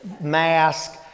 mask